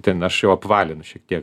ten aš jau apvalinu šiek tiek